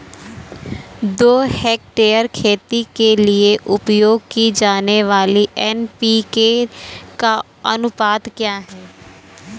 दो हेक्टेयर खेती के लिए उपयोग की जाने वाली एन.पी.के का अनुपात क्या है?